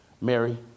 Mary